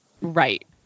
right